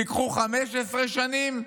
תיקחו 15 שנים,